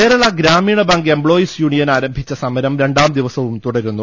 Kerala Gramin Bank employees union ആരംഭിച്ച സമരംരണ്ടാം ദിവസവും തുടരുന്നു